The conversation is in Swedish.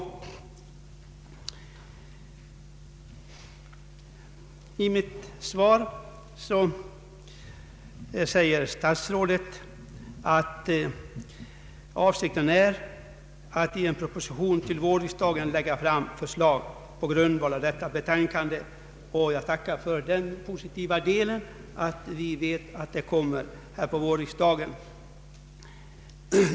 I svaret på min fråga säger statsrådet att avsikten är att i en proposition till vårriksdagen lägga fram förslag på grundval av idrottsutredningens betänkande. Jag tackar för detta positiva meddelande; vi vet nu att förslag kommer till vårriksdagen.